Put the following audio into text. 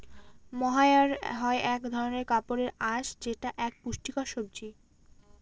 মহাইর হয় এক ধরনের কাপড়ের আঁশ যেটা এক পুষ্টিকর সবজি